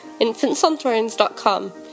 infantsonthrones.com